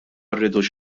rridux